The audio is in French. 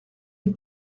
une